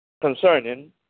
Concerning